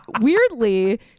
weirdly